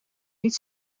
niet